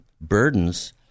burdens—